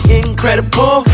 incredible